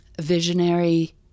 visionary